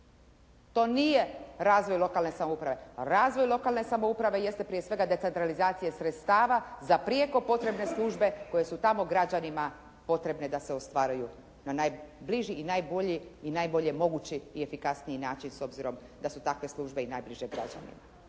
To nije razvoj lokalne samouprave. Razvoj lokalne samouprave jeste prije svega decentralizacija sredstava za prijeko potrebne službe koje su tamo građanima potrebne da se ostvaruju na najbliži i najbolje mogući i efikasniji način s obzirom da su takve službe i najbliže građanima